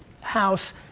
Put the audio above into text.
house